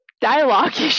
Dialogue